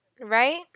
right